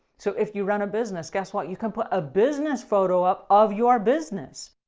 so if you run a business guess what? you can put a business photo up of your business.